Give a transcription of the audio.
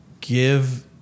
give